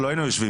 לא היינו יושבים